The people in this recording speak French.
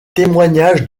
témoignages